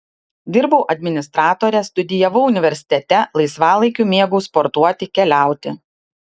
dirbau administratore studijavau universitete laisvalaikiu mėgau sportuoti keliauti